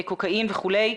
קוקאין וכולי,